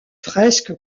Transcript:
fresque